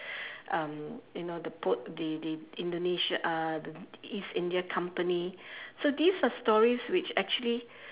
um you know the port the the Indonesia uh the East India company so these are stories which actually